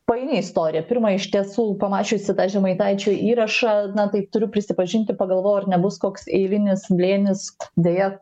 paini istorija pirma iš tiesų pamačiusi tą žemaitaičio įrašą na tai turiu prisipažinti pagalvojau ar nebus koks eilinis blėnis deja